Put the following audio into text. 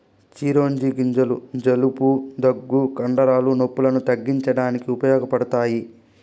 చిరోంజి గింజలు జలుబు, దగ్గు, కండరాల నొప్పులను తగ్గించడానికి ఉపయోగపడతాయి